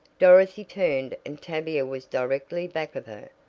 dorothy turned, and tavia was directly back of her.